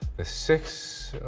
ah six,